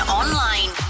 online